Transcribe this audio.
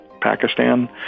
Pakistan